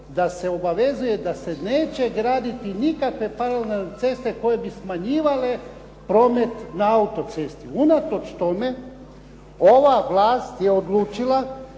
da se obavezuje da se neće graditi nikakve paralelne ceste koje bi smanjivale promet na auto-cesti. Unatoč tome ova vlast je odlučila